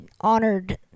honored